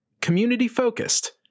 Community-focused